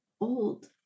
old